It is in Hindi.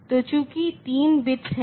तो चूंकि तीन बिट्स हैं